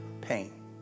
pain